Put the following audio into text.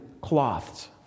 cloths